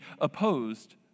opposed